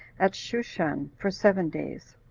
at shushan, for seven days.